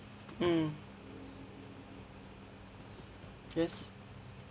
mm yes